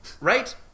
Right